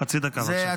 חצי דקה, בבקשה.